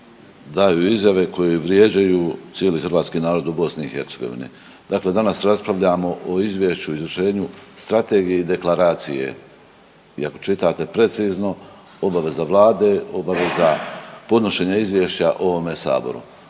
daju izjave koje vrijeđaju cijeli hrvatski narod u BiH, dakle danas raspravljamo o izvješću i izvršenju strategije i deklaracije i ako čitate precizno obaveza vlade je obaveza podnošenja izvješća ovome saboru,